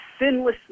sinlessly